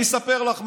אני אספר לך משהו: